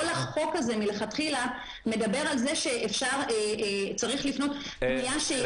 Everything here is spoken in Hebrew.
כל החוק הזה מלכתחילה מדבר על זה שצריך לפנות פניה שהיא פניה שיווקית.